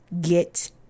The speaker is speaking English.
get